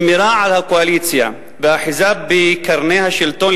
שמירה על הקואליציה ואחיזה בקרני השלטון,